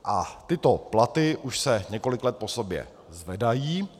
A tyto platy už se několik let po sobě zvedají.